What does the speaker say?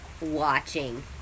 watching